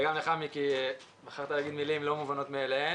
וגם לך, מיקי, בחרת להגיד מילים לא מובנות מאליהן.